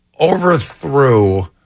overthrew